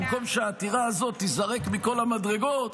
במקום שהעתירה הזאת תיזרק מכל המדרגות,